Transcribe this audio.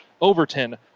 Overton